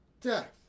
death